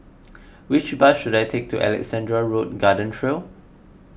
which bus should I take to Alexandra Road Garden Trail